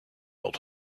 old